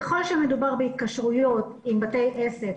אני מייצגת את לשכת עורכי הדין כמי שמייצגת נפגעי עבירה.